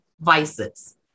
vices